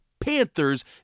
Panthers